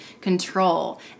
control